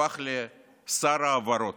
הוא הפך לשר ההבהרות.